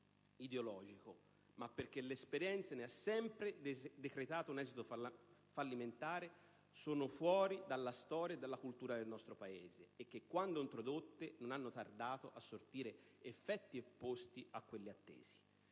ideologico, ma perché l'esperienza ne ha sempre decretato un esito fallimentare - sono fuori dalla storia e dalla cultura del nostro Paese e che, quando sono state introdotte, non hanno tardato a sortire effetti opposti a quelli attesi.